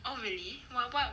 oh really but what